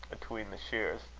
atween the shears.